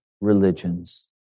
religions